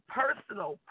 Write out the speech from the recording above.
personal